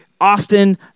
Austin